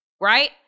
Right